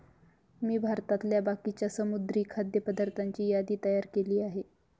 मी भारतातल्या बाकीच्या समुद्री खाद्य पदार्थांची यादी तयार केली आहे